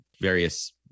various